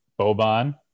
Boban